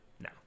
No